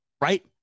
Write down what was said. right